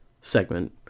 segment